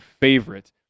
favorite